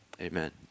Amen